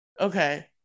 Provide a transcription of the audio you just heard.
Okay